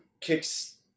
kicks